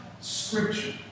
Scripture